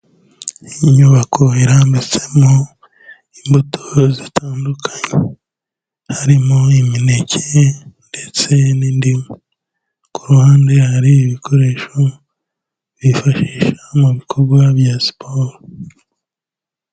Inyubako irambitsemo imbuto zitandukanye, harimo imineke ndetse n'indimu, ku ruhande hari ibikoresho bifashisha mu bikorwa bya siporo.